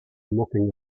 mucking